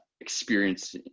experience